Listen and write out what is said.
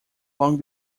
long